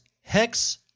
Hex